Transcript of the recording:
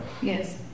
Yes